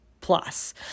plus